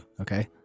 okay